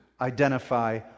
identify